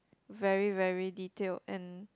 very very detailed and